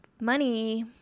money